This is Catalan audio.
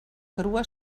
grua